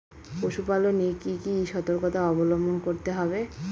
পশুপালন এ কি কি সর্তকতা অবলম্বন করতে হবে?